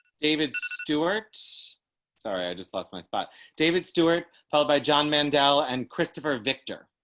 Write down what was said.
david stewart's sorry i just lost my spot david stewart held by john man dal and christopher victor